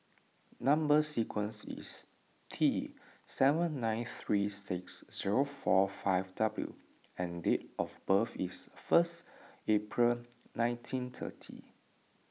Number Sequence is T seven nine three six zero four five W and date of birth is first April nineteen thirty